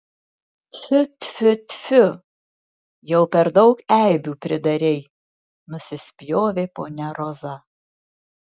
tfiu tfiu tfiu jau per daug eibių pridarei nusispjovė ponia roza